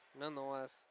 Nonetheless